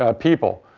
ah people.